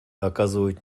оказывают